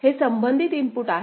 हे संबंधित इनपुट आहेत